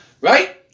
right